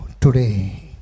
today